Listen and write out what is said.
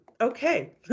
Okay